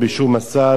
ביישוב מסד,